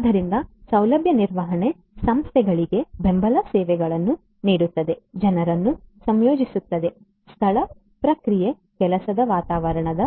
ಆದ್ದರಿಂದ ಸೌಲಭ್ಯ ನಿರ್ವಹಣೆ ಸಂಸ್ಥೆಗಳಿಗೆ ಬೆಂಬಲ ಸೇವೆಗಳನ್ನು ನೀಡುತ್ತದೆ ಜನರನ್ನು ಸಂಯೋಜಿಸುತ್ತದೆ ಸ್ಥಳ ಪ್ರಕ್ರಿಯೆ ಕೆಲಸದ ವಾತಾವರಣದ